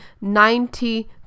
ninety